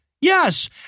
Yes